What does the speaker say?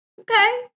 okay